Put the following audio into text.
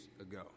ago